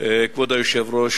כבוד היושב-ראש,